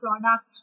product